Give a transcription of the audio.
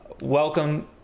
welcome